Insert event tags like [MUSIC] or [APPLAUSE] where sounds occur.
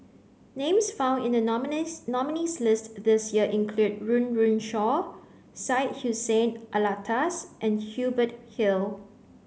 names found in the [UNINTELLIGIBLE] nominees' list this year include Run Run Shaw Syed Hussein Alatas and Hubert Hill